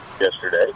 yesterday